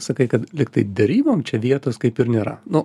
sakai kad lygtai derybom čia vietos kaip ir nėra nu